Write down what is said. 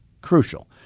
crucial